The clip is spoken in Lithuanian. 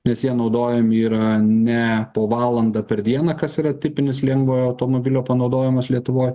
nes jie naudojami yra ne po valandą per dieną kas yra tipinis lengvojo automobilio panaudojimas lietuvoj